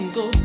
go